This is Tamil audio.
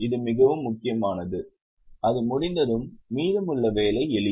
இது மிகவும் முக்கியமானது அது முடிந்ததும் மீதமுள்ள வேலை எளிது